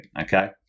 okay